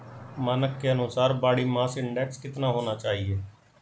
मानक के अनुसार बॉडी मास इंडेक्स कितना होना चाहिए?